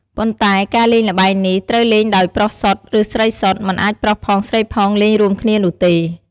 ប៉ុន្តែការលេងល្បែងនេះ ត្រូវលេងដោយប្រុសសុទ្ធ ឬស្រីសុទ្ធ មិនអាចប្រុសផងស្រីផងលេងរួមគ្នានោះទេ។